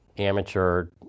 Amateur